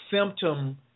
symptom